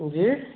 जी